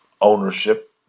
ownership